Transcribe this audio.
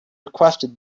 requested